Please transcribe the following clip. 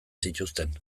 zituzten